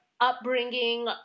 Upbringing